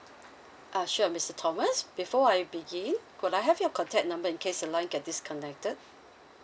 uh sure mister thomas before I begin could I have your contact number in case the line get disconnected